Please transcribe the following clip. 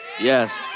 Yes